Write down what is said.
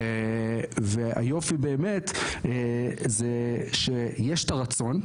היופי באמת, זה שיש את הרצון,